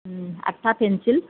उम आठथा पेन्सिल